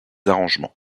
arrangements